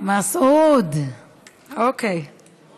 הוא